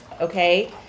okay